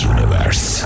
Universe